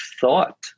thought